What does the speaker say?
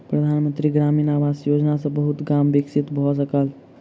प्रधान मंत्री ग्रामीण आवास योजना सॅ बहुत गाम विकसित भअ सकल